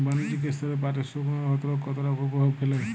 বাণিজ্যিক স্তরে পাটের শুকনো ক্ষতরোগ কতটা কুপ্রভাব ফেলে?